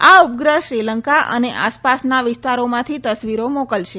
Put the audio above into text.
આ ઉપગ્રહ શ્રીલંકા અને આસપાસના વિસ્તારોમાંથી તસવીરો મોકલશે